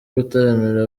gutaramira